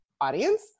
audience